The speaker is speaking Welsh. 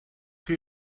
chi